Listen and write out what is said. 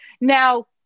Now